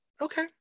Okay